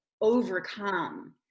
overcome